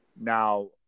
now